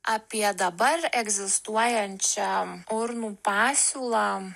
apie dabar egzistuojančią urnų pasiūlą